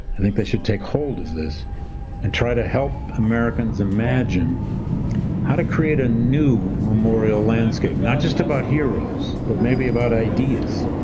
i think they should take hold of this and try to help americans imagine how to create a new memorial landscape, not just about heroes, but maybe about ideas.